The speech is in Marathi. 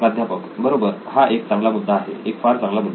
प्राध्यापक बरोबर हा एक चांगला मुद्दा आहे एक फार चांगला मुद्दा